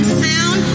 sound